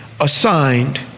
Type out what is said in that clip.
assigned